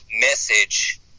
message